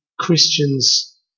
Christians